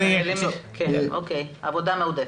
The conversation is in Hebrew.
עבודה מועדפת.